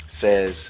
says